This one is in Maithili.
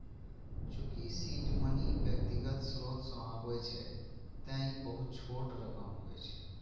चूंकि सीड मनी व्यक्तिगत स्रोत सं आबै छै, तें ई बहुत छोट रकम होइ छै